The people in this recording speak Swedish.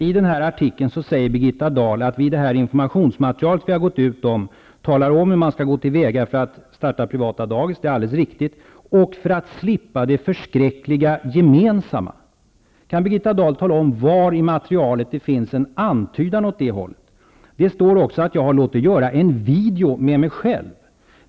I den här tid ningsartikeln säger Birgitta Dahl att vi i det infor mationsmaterial vi har gått ut med talar om hur man skall gå till väga för att starta privata dagis -- det är alldeles riktigt -- och för att slippa det för skräckliga gemensamma. Kan Birgitta Dahl tala om var i materialet det finns en antydan åt det hål let? Det står också att jag har låtit göra en video med mig själv.